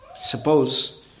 Suppose